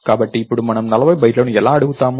కాబట్టి ఇప్పుడు మనం 40 బైట్లను ఎలా అడుగుతాము